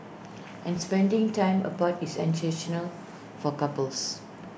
and spending time apart is for couples